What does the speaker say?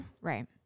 Right